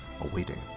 awaiting